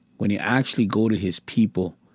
when you actually go to his people,